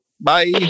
Bye